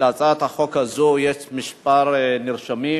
להצעת החוק הזאת יש כמה נרשמים,